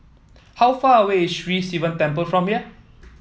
how far away is Sri Sivan Temple from here